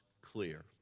clear